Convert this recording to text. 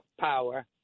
power